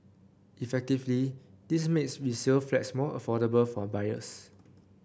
effectively this makes resale flats more affordable for buyers